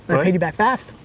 i paid you back fast.